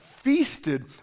feasted